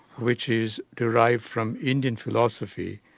which is derived from indian philosophy,